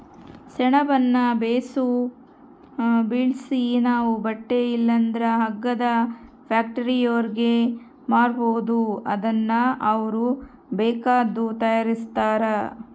ಸೆಣಬುನ್ನ ಬೇಸು ಬೆಳ್ಸಿ ನಾವು ಬಟ್ಟೆ ಇಲ್ಲಂದ್ರ ಹಗ್ಗದ ಫ್ಯಾಕ್ಟರಿಯೋರ್ಗೆ ಮಾರ್ಬೋದು ಅದುನ್ನ ಅವ್ರು ಬೇಕಾದ್ದು ತಯಾರಿಸ್ತಾರ